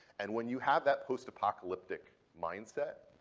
and when you have that post apocalyptic mindset,